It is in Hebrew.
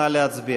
נא להצביע.